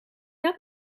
dat